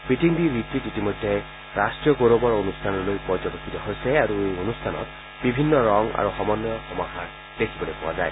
beating the retreat ইতিমধ্যে ৰাষ্টীয় গৌৰৱৰ অনুষ্ঠানলৈ পৰ্যবেশিত হৈছে আৰু এই অনুষ্ঠানত বিভিন্ন ৰং আৰু সমন্নয়ৰ সমাহাৰ দেখিবলৈ পোৱা যায়